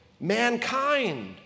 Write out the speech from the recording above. mankind